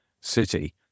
City